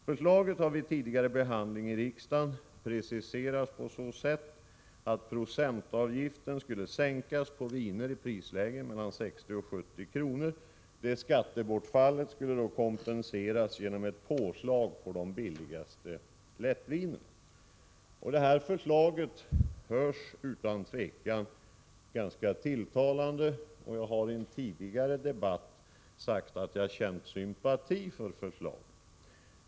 Förslaget har vid tidigare behandling i riksdagen preciserats på så sätt att procentavgiften skulle sänkas på viner i prislägen mellan 60 och 70 kr. Skattebortfallet skulle kompenseras genom ett påslag på de billigaste lättvinerna. Förslaget låter utan tvivel ganska tilltalande, och jag har i en tidigare debatt sagt att jag känt sympati för förslaget.